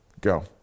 Go